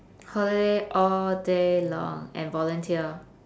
holiday all day long and volunteer